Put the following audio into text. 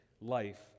life